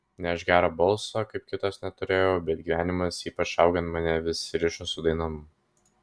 nes aš gero balso kaip kitos neturėjau bet gyvenimas ypač augant mane vis rišo su dainom